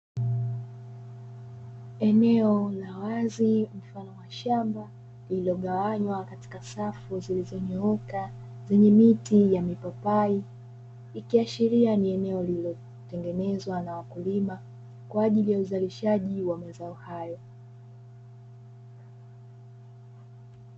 Eneo la wazi mfano wa shamba lilogawanywa katika safu zilizonyooka, zenye miti ya mipapai ikiashiria ni eneo lililotengenezwa na wakulima kwa ajili ya uzalishaji wa mazao hayo.